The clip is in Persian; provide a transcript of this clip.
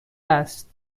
است